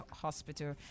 Hospital